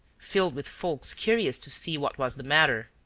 filled with folks curious to see what was the matter.